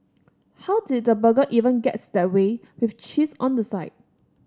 how did the burger even get that way with cheese on the side